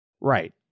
Right